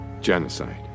Genocide